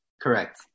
Correct